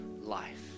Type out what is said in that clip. life